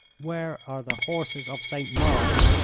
where are the horses of st. mark?